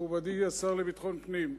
מכובדי השר לביטחון פנים.